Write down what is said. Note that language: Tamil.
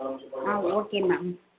ah okay ma'am